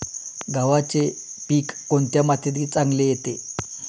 गव्हाचे पीक कोणत्या मातीत चांगले येते?